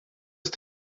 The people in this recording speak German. ist